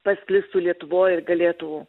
pasklistų lietuvoj ir galėtų